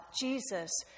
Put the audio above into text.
Jesus